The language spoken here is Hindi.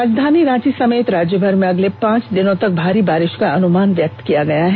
राजधानी रांची समेत राज्यभर में अगले पांच दिनों तक भारी बारिष का अनुमान व्यक्त किया गया है